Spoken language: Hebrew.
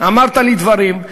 אמרת לי דברים,